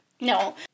No